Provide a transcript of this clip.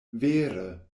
vere